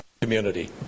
Community